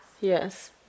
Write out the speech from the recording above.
Yes